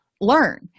learn